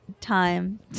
time